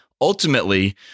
Ultimately